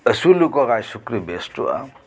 ᱟᱹᱥᱩᱞ ᱞᱮᱠᱚ ᱠᱷᱟᱱ ᱥᱩᱠᱨᱤ ᱵᱮᱥᱴᱚᱜᱼᱟ